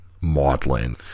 maudlin